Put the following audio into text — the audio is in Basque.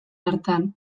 hartan